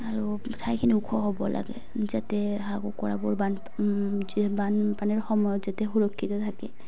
আৰু ঠাইখিনি ওখ হ'ব লাগে যাতে হাঁহ কুকুৰাবোৰ বান বানপানীৰ সময়ত যাতে সুৰক্ষিত থাকে